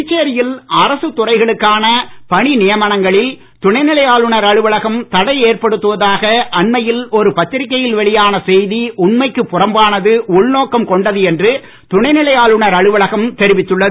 புதுச்சேரியில் அரசு துறைகளுக்கான பணிநியமனங்களில் துணைநிலை ஆளுநர் அலுவலகம் தடை ஏற்படுத்துவதாக அண்மையில் ஒரு பத்திரிக்கையில் வெளியான செய்தி உண்மைக்கு புறம்பானது உள்நோக்கம் கொண்டது என்று துணைநிலை ஆளுநர் அலுவலகம் தெரிவித்துள்ளது